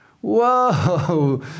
Whoa